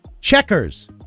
Checkers